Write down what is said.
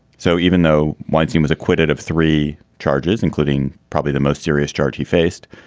so even though once he was acquitted of three charges, including probably the most serious charge he faced,